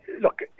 look